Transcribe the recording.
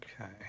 Okay